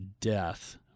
death